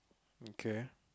okay